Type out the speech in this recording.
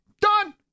done